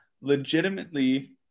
legitimately